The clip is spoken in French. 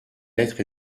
être